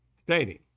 stating